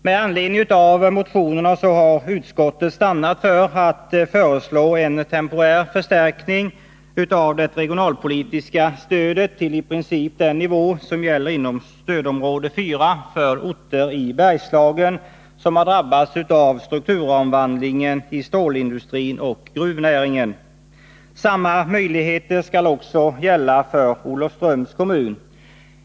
Med anledning av motionerna har utskottet stannat för att föreslå en temporär förstärkning av det regionalpolitiska stödet till i princip den nivå som gäller inom stödområde 4 för orter i Bergslagen, som har drabbats av strukturomvandlingen i stålindustrin och gruvnäringen. Samma möjligheter skall också gälla för Olofströms kommun.